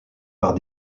par